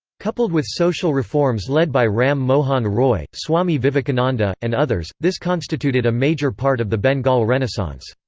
coupled with social reforms led by ram mohan roy, swami vivekananda, and others, this constituted a major part of the bengal renaissance.